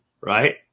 right